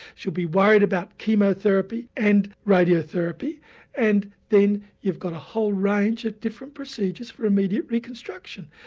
she'll be worried about chemotherapy and radiotherapy and then you've got a whole range of different procedures for immediate reconstruction.